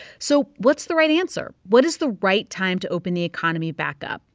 so what's the right answer? what is the right time to open the economy back up?